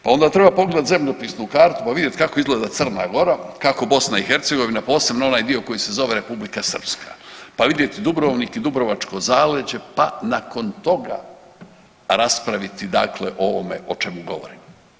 Pa onda treba pogledati zemljopisnu kartu pa vidjet kako izgleda Crna Gora, kako BiH, posebno onaj dio koji se zove Republika Srpska, pa vidjet Dubrovnik i dubrovačko zaleđe pa nakon toga raspraviti dakle o ovome o čemu govorimo.